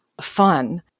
fun